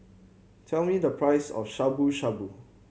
tell me the price of Shabu Shabu